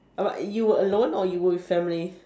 about you alone or you whole family